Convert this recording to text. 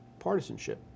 partisanship